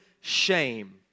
shame